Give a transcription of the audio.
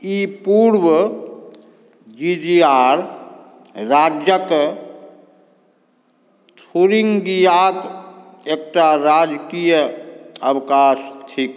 ई पूर्व G D R राज्यक थुरिंगियाक एकटा राजकीय अवकाश थिक